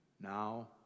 now